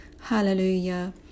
Hallelujah